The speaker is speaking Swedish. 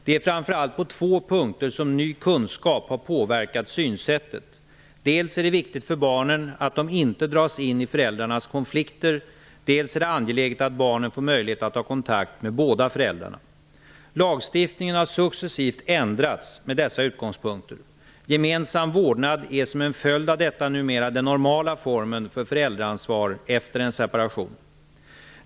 Det är framför allt på två punkter som ny kunskap har påverkat synsättet: dels är det viktigt för barnen att de inte dras in i föräldrarnas konflikter, dels är det angeläget att barnen får möjlighet att ha kontakt med båda föräldrarna. Lagstiftningen har successivt ändrats med dessa utgångspunkter. Gemensam vårdnad är som en följd av detta numera den normala formen för föräldraansvar efter en separation.